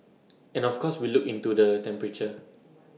and of course we look into the temperature